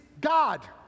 God